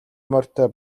морьтой